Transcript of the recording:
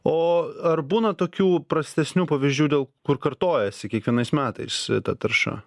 o ar būna tokių prastesnių pavyzdžių dėl kur kartojasi kiekvienais metais ta tarša